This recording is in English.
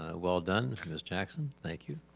ah well done, ms. jackson, thank you.